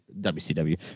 WCW